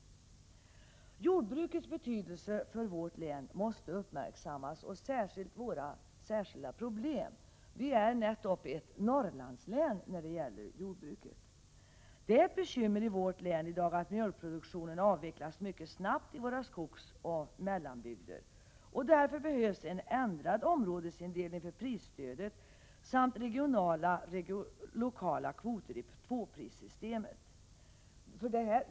Jordbrukets betydelse för vårt län måste uppmärksammas, särskilt de speciella problemen. Värmlands län är nästan som ett Norrlandslän i fråga om jordbruket. Det är ett bekymmer i dag i vårt län att mjölkproduktionen avvecklas mycket snabbt i våra skogsoch mellanbygder. Därför behövs det en ändring av områdesindelningen beträffande prisstödet samt regionala eller lokala kvoter i tvåprissystemet.